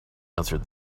answered